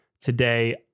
today